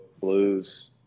blues